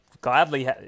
gladly